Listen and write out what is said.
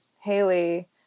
Haley